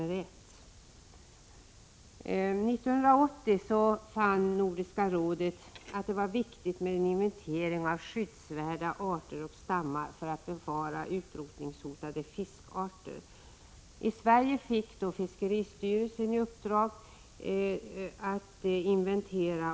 1980 fann Nordiska rådet att det var viktigt med en inventering av skyddsvärda arter och stammar för att bevara utrotningshotade fiskarter. I Sverige fick fiskeristyrelsen då i uppdrag att genomföra en sådan inventering.